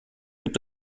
gibt